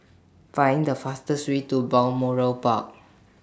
Find The fastest Way to Balmoral Park